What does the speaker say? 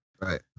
right